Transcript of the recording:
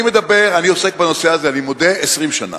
אני עוסק בנושא הזה, אני מודה, 20 שנה,